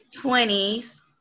20s